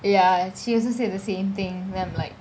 ya she also said the same thing then I'm like